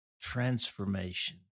transformation